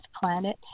planet